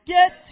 Get